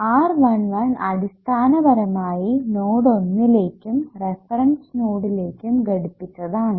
R11 അടിസ്ഥാനപരമായി node ഒന്നിലേക്കും reference നോഡിലേക്കും ഘടിപ്പിച്ചതാണ്